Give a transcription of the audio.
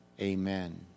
amen